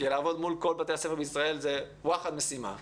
כי לעבוד מול כל בתי הספר בישראל זו משימה קשה.